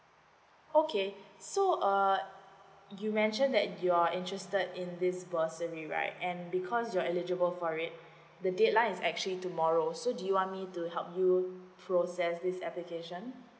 okay so uh you mention that you're interested in this bursary right and because you're eligible for it the deadline is actually tomorrow so do you want me to help you process this application